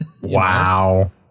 Wow